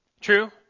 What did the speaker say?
True